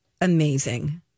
amazing